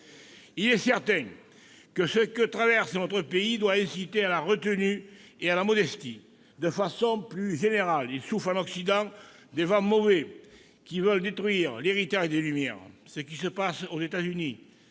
Il est certain que ce que traverse notre pays doit inciter à la retenue et à la modestie. De façon plus générale, il souffle en Occident des vents mauvais qui veulent détruire l'héritage des Lumières. Ce qui se passe aux États-Unis,